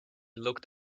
looked